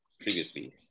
previously